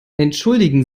entschuldigen